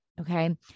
okay